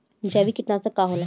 जैविक कीटनाशक का होला?